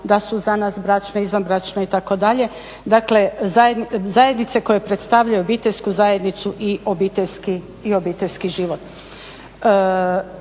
da su za nas bračne, izvanbračne itd., dakle zajednice koje predstavljaju obiteljsku zajednicu i obiteljski život.